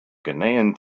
ghanaian